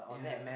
yeah